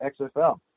xfl